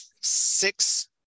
six